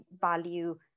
value